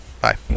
Bye